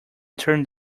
turned